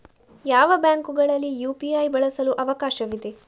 ಯಾವ ಬ್ಯಾಂಕುಗಳಲ್ಲಿ ಯು.ಪಿ.ಐ ಬಳಸಲು ಅವಕಾಶವಿದೆ?